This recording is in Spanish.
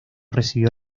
recibió